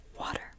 water